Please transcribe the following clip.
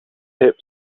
hip